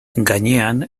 gainean